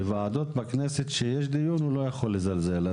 בוועדות בכנסת כשיש דיון, הוא לא יכול לזלזל.